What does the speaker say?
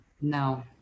No